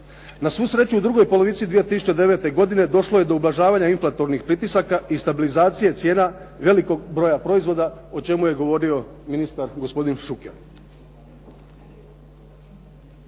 Na svu sreću, u drugoj polovici 2009. godine došlo je do ublažavanja inflatornih pritisaka i stabilizacije cijena velikog broja proizvoda, o čemu je govorio ministar gospodin Šuker.